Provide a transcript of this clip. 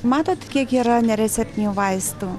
matote kiek yra nereceptinių vaistų